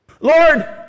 Lord